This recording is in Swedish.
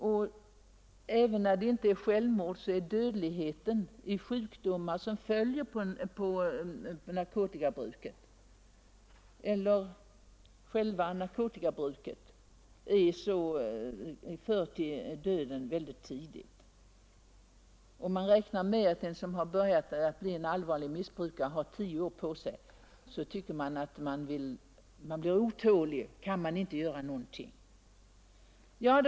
Och även när det inte blir fråga om självmord för narkotikabruket leder sjukdomar som följer med missbruket till döden väldigt tidigt. Då man vet att den som börjat bli en allvarlig missbrukare beräknas ha tio år att leva blir man otålig och frågar sig: Kan man inte göra någonting?